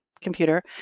computer